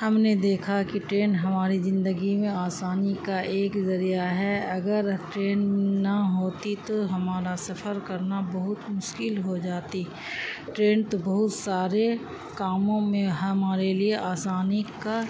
ہم نے دیکھا کہ ٹرین ہماری جندگی میں آسانی کا ایک ذریعہ ہے اگر ٹرین نہ ہوتی تو ہمارا سفر کرنا بہت مشکل ہو جاتی ٹرین تو بہت سارے کاموں میں ہمارے لیے آسانی کا